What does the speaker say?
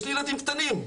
יש לי ילדים קטנים.